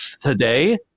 today